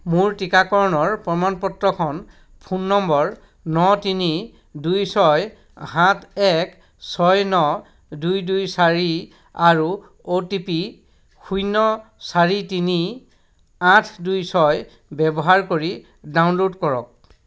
মোৰ টিকাকৰণৰ প্ৰমাণ পত্ৰখন ফোন নম্বৰ ন তিনি দুই ছয় সাত এক ছয় ন দুই দুই চাৰি আৰু অ' টি পি শূন্য চাৰি তিনি আঠ দুই ছয় ব্যৱহাৰ কৰি ডাউনলোড কৰক